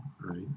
right